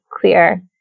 clear